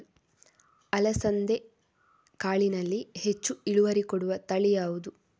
ಅಲಸಂದೆ ಕಾಳಿನಲ್ಲಿ ಹೆಚ್ಚು ಇಳುವರಿ ಕೊಡುವ ತಳಿ ಯಾವುದು?